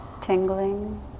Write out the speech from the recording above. tingling